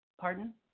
Pardon